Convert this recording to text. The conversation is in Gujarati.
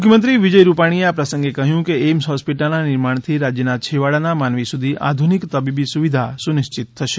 મુખ્યમંત્રી વિજય રૂપાણીએ આ પ્રસંગે કહ્યું કે એઇમ્સ હોસ્પિટલના નિર્માણથી રાજ્યના છેવાડાના માનવી સુધી આધુનિક તબીબી સુવિધા સુનિશ્ચિત થશે